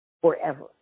forever